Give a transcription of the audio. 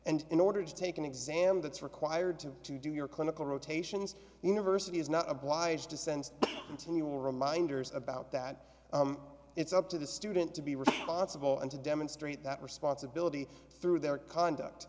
and in order to take an exam that's required to to do your clinical rotations university is not obliged to send continual reminders about that it's up to the student to be responsible and to demonstrate that responsibility through their conduct